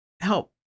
help